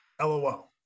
LOL